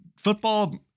football